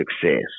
success